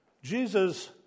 Jesus